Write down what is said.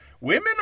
Women